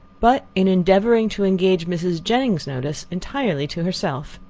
but in endeavouring to engage mrs. jennings's notice entirely to herself.